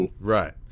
Right